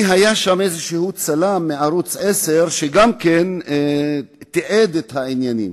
היה שם איזה צלם מערוץ-10 שגם תיעד את העניינים.